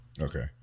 Okay